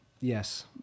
Yes